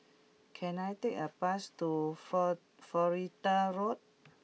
can I take a bus to Florida Road